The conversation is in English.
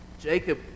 Jacob